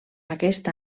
aquest